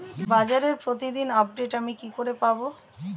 বাজারের প্রতিদিন আপডেট আমি কি করে পাবো?